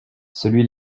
celui